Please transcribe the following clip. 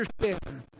understand